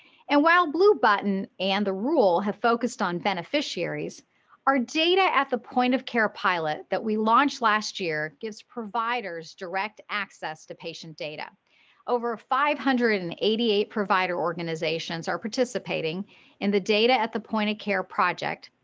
and while blue button and the rule have focused on beneficiaries our data at the point of care pilot that we launched last year gives providers direct access to patient data. seema verma over five hundred and eighty eight provider organizations are participating in the data at the point of care project,